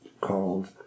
called